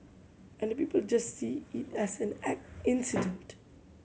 and the people just see it as an incident